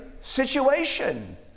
situation